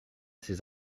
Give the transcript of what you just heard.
ces